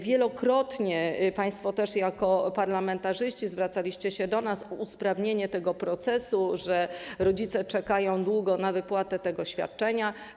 Wielokrotnie państwo też jako parlamentarzyści zwracaliście się do nas o usprawnienie tego procesu, bo rodzice czekają długo na wypłatę tego świadczenia.